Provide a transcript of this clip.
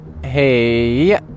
Hey